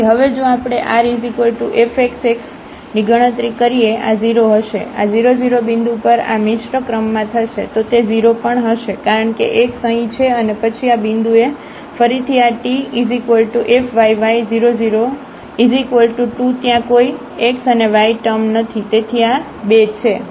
તેથી હવે જો આપણે rfxx00 ની ગણતરી કરીએ આ 0 હશે આ00બિંદુ પર આ મિશ્ર ક્રમમાં થશે તો તે 0 પણ હશે કારણ કે x અહીં છે અને પછી આ બિંદુએ ફરીથી આ tfyy002ત્યાં કોઈ x અને y ટર્મ નથી તેથી આ 2 છે